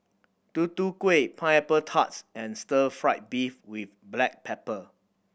Tutu Kueh pineapple tarts and stir fried beef with black pepper